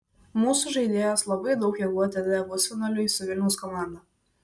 mūsų žaidėjos labai daug jėgų atidavė pusfinaliui su vilniaus komanda